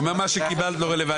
הוא אומר שמה שקיבלת לא רלוונטי.